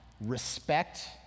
respect